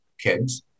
kids